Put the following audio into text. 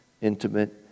intimate